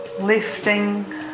lifting